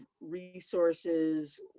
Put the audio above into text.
resources